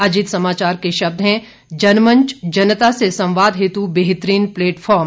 अजीत समाचार के शब्द हैं जनमंच जनता से संवाद हेतु बेहतरीन प्लेटफार्म